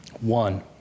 One